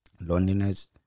loneliness